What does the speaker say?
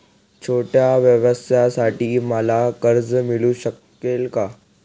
छोट्या व्यवसायासाठी मला कर्ज मिळू शकेल का?